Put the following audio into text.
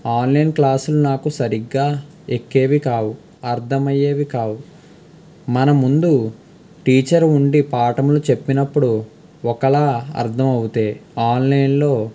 online క్లాసులు నాకు సరిగ్గా ఎక్కేవి కావు అర్థమయ్యేవి కావు మన ముందు టీచర్ ఉండి పాఠములు చెప్పినప్పుడు ఒకలా అర్థం అవుతాయి ఆన్లైన్లో